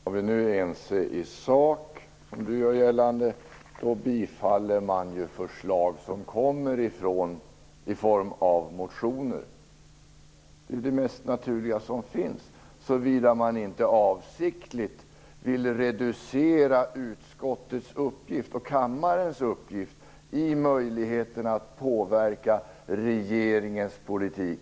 Fru talman! Om vi nu är ense i sak - vilket Eva Johansson gör gällande - då borde man bifalla förslag som kommer fram i form av motioner. Det är det mest naturliga som finns, såvida man inte avsiktligt vill reducera utskottets och kammarens uppgift när det gäller möjligheterna att påverka regeringens politik.